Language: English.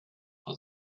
for